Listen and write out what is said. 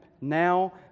now